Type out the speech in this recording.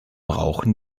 rauchen